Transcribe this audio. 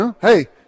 hey